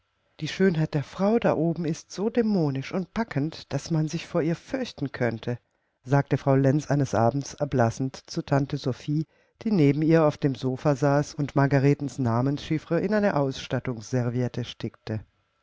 die schönheit der frau da oben ist so dämonisch und packend daß man sich vor ihr fürchten könnte sagte frau lenz eines abends erblassend zu tante sophie die neben ihr auf dem sopha saß und margaretens namenschiffre in eine ausstattungsserviette stickte